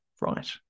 Right